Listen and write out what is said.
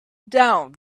doubt